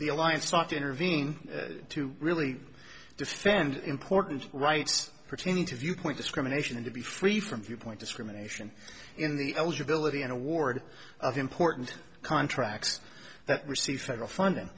the alliance sought to intervene to really defend important rights pertaining to viewpoint discrimination and to be free from viewpoint discrimination in the eligibility and award of important contracts that receive federal funding